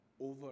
over